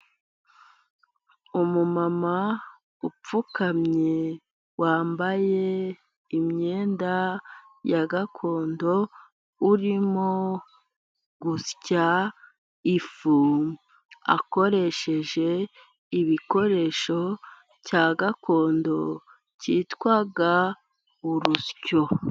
Umumama upfukamye, wambaye imyenda ya gakondo urimo gusya ifu akoresheje igikoresho cya gakondo kitwa urusyo.